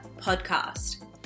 podcast